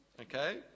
okay